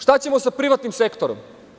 Šta ćemo sa privatnim sektorom?